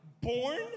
born